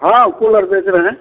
हाँ कूलर बेच रहे हैं